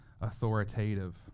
authoritative